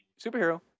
superhero